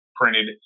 printed